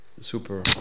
Super